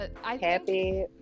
happy